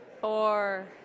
four